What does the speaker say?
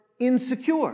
Insecure